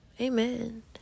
amen